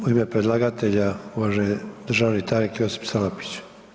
U ime predlagatelja uvaženi državni tajnik Josip Salapić.